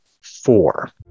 four